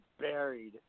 buried